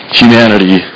humanity